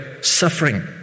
suffering